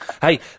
Hey